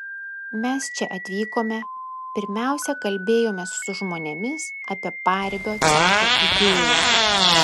mes čia atvykome pirmiausia kalbėjomės su žmonėmis apie paribio centro idėją